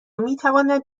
میتواند